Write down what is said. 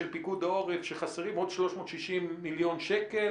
פיקוד העורף שחסרים עוד 360 מיליון שקלים,